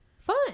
fun